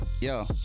yo